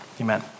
amen